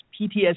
PTSD